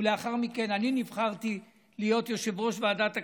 ולאחר מכן אני נבחרתי להיות יושב-ראש ועדת הכספים.